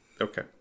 Okay